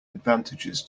advantages